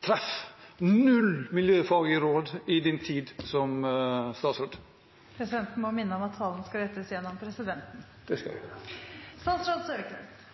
treff, null miljøfaglige råd, i din tid som statsråd? Presidenten må minne om at talen skal rettes til presidenten. Nå skal